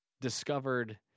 discovered